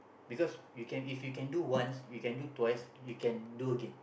because you can if you can do once you can do twice you can do again